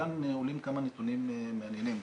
כאן עולים כמה נתונים מעניינים.